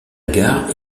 gare